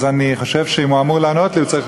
אז אני חושב שאם הוא אמור לענות לי הוא צריך,